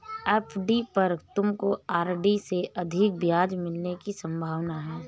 FD पर तुमको RD से अधिक ब्याज मिलने की संभावना है